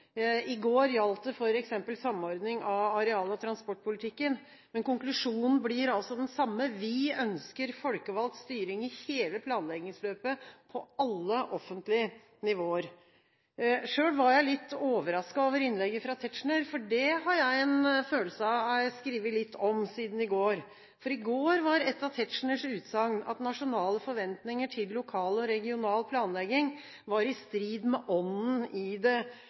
I går gjaldt det f.eks. samordning av areal- og transportpolitikken, men konklusjonen blir altså den samme: Vi ønsker folkevalgt styring i hele planleggingsløpet på alle offentlige nivåer. Selv var jeg litt overrasket over innlegget fra Tetzschner, for det har jeg en følelse av er skrevet litt om siden i går. I går var et av Tetzschners utsagn at nasjonale forventninger til lokal og regional planlegging var i strid med «ånden i det